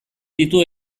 ditu